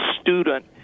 student